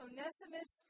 Onesimus